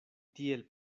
tiel